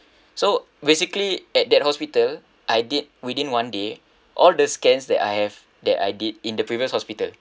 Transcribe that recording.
so basically at that hospital I did within one day all the scans that I have that I did in the previous hospital